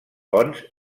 ponts